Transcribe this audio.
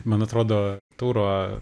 man atrodo tauro